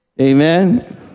amen